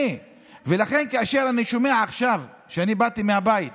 ולכן כאשר אני שומע עכשיו, אני באתי מהבית,